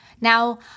Now